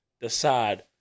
decide